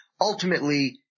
Ultimately